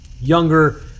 younger